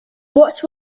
what